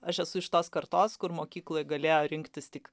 aš esu iš tos kartos kur mokykloje galėjo rinktis tik